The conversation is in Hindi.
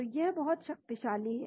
तो यह बहुत शक्तिशाली है